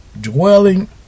dwelling